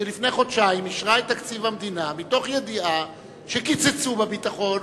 שלפני חודשיים אישרה את תקציב המדינה מתוך ידיעה שקיצצו בביטחון,